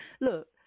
look